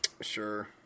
Sure